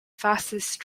fastest